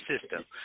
system